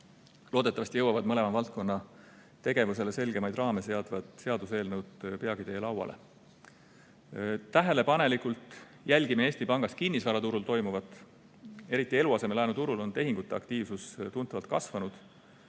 Loodetavasti jõuavad mõlema valdkonna tegevusele selgemaid raame seadvad seaduseelnõud peagi teie lauale. Tähelepanelikult jälgime Eesti Pangast kinnisvaraturul toimuvat. Eriti eluasemelaenuturul on tehingute aktiivsus tuntavalt kasvanud.